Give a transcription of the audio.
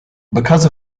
because